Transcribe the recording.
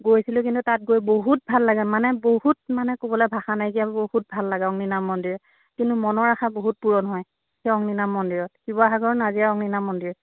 গৈছিলোঁ কিন্তু তাত গৈ বহুত ভাল লাগে মানে বহুত মানে ক'বলৈ ভাষা নাইকিয়া বহুত ভাল লাগে অগ্নিনাভ মন্দিৰত কিন্তু মনৰ আশা বহুত পূৰণ হয় সেই অগ্নিনাভ মন্দিৰত শিৱসাগৰ নাজিৰাৰ অগ্নিনাভ মন্দিৰত